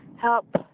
Help